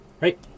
right